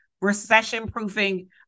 recession-proofing